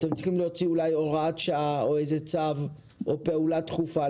אתם צריכים אולי להוציא הוראת שעה או צו או פעולה דחופה,